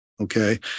Okay